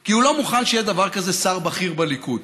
כי הוא לא מוכן שיהיה דבר כזה שר בכיר בליכוד.